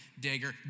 dagger